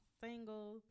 single